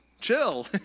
chill